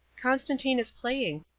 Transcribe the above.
constantine is playing.